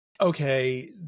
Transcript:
okay